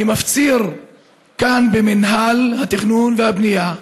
אני מפציר מכאן במינהל התכנון והבנייה,